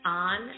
on